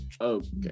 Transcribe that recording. Okay